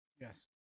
Yes